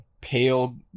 pale